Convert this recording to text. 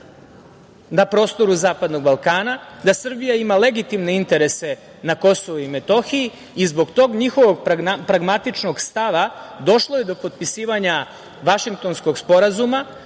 na prostoru Zapadnog Balkana, da Srbija ima legitimne interese na Kosovu i Metohiji i zbog tog njihovog pragmatičnog stava došlo je do potpisivanja Vašingtonskog sporazuma,